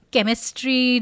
Chemistry